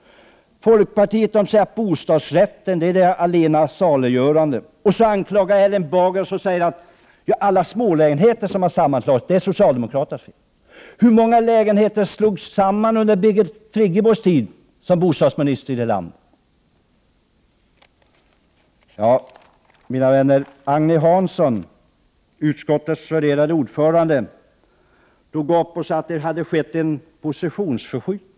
Folkpartiet säger att bostadsrätten är allena saliggörande. Erling Bager anklagar socialdemokraterna och säger att det är socialdemokraternas fel att alla smålägenheter har sammanslagits. Hur många lägenheter slogs samman under Birgit Friggebos tid som bostadsminister i detta land? Mina vänner! Agne Hansson, utskottets värderade ordförande, sade att det hade skett en positionsförskjutning.